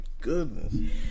goodness